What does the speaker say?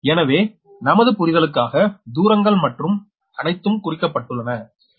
எனவே நமது புரிதலுக்காக தூரங்கள் மற்றும் அனைத்தும் குறிக்கப்பட்டுள்ளன